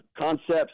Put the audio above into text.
concepts